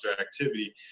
activity